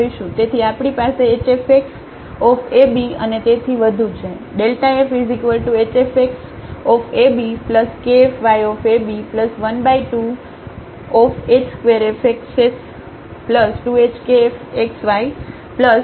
તેથી આપણી પાસેhfxab અને તેથી વધુ છે